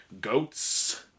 Goats